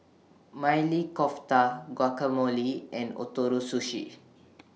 Maili Kofta Guacamole and Ootoro Sushi